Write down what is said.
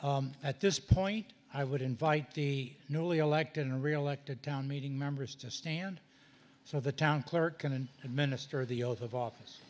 at this point i would invite the newly elected and re elected town meeting members to stand so the town clerk and administer the oath of office